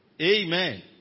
Amen